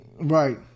Right